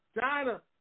China